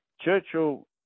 Churchill